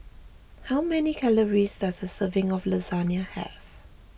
how many calories does a serving of Lasagna have